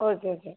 okay okay